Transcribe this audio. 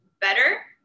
better